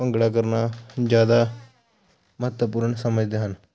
ਭੰਗੜਾ ਕਰਨਾ ਜ਼ਿਆਦਾ ਮਹੱਤਵਪੂਰਨ ਸਮਝਦੇ ਹਨ